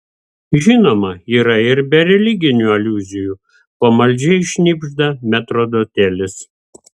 žinoma yra ir be religinių aliuzijų pamaldžiai šnibžda metrdotelis